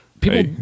people